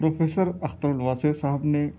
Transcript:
professor Akhtarul Wasey صاحب نے